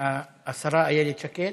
השרה איילת שקד.